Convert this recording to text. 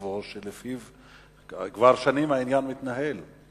וסטטוס-קוו שכבר שנים העניין מתנהל לפיו.